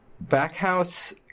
Backhouse